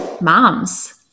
moms